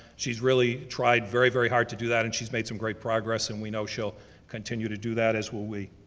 she's really tried very, very hard to do that, and she's made some great progress, and we know she'll continue to do that as will we.